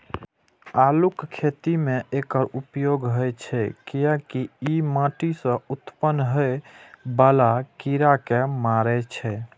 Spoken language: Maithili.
आलूक खेती मे एकर उपयोग होइ छै, कियैकि ई माटि सं उत्पन्न होइ बला कीड़ा कें मारै छै